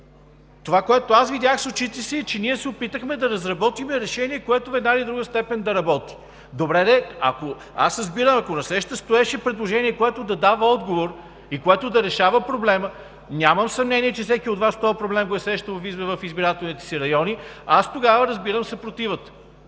Това, което аз видях с очите си, е, че ние се опитахме да разработим решение, което в една или друга степен да работи. Добре де, аз разбирам, ако насреща стоеше предложение, което да дава отговор и което да решава проблема – нямам съмнение, че всеки от Вас този проблем го е срещал в избирателните си райони, тогава разбирам съпротивата.